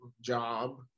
job